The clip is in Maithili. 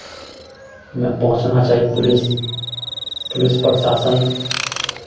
मे पहुँचना चाही पुलिस पुलिस प्रशासन